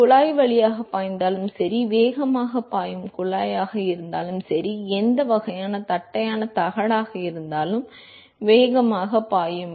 குழாய் வழியாகப் பாய்ந்தாலும் சரி வேகமாகப் பாயும் குழாயாக இருந்தாலும் சரி எந்த வகையான தட்டையான தகடாக இருந்தாலும் வேகமாகப் பாயும்